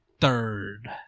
Third